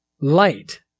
light